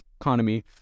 economy